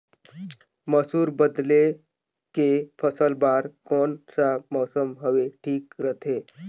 मसुर बदले के फसल बार कोन सा मौसम हवे ठीक रथे?